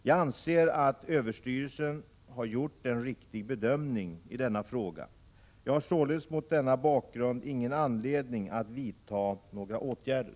Jag anser att överstyrelsen har gjort en riktig bedömning i denna fråga. Jag har således mot denna bakgrund ingen anledning att vidta några åtgärder.